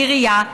העירייה,